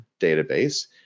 database